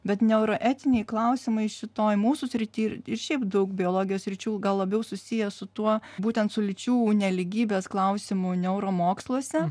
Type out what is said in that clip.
bet neuroetiniai klausimai šitoj mūsų srity ir šiaip daug biologijos sričių gal labiau susiję su tuo būtent su lyčių nelygybės klausimu neuromoksluose